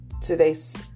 today's